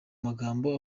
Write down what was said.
magambo